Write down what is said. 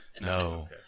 no